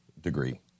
Degree